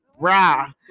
bra